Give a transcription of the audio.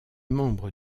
membre